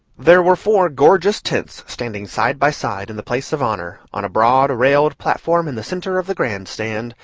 there were four gorgeous tents standing side by side in the place of honor, on a broad railed platform in the centre of the grand stand,